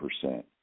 percent